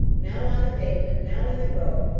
now on the pavement, now in the road,